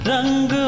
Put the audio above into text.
Rang